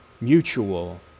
mutual